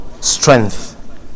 Strength